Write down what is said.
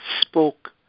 spoke